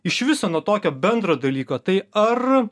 iš viso nuo tokio bendro dalyko tai ar